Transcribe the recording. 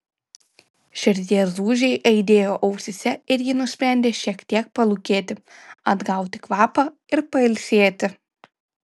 širdies dūžiai aidėjo ausyse ir ji nusprendė šiek tiek palūkėti atgauti kvapą ir pailsėti